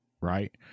right